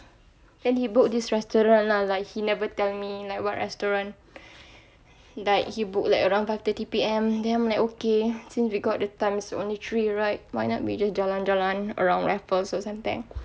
then he booked this restaurant lah like he never tell me like what restaurant like he book like around five thirty P_M then like okay since we got the time only three right why not we just jalan-jalan around raffles or suntec